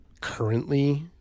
currently